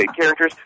characters